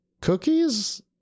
cookies